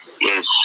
Yes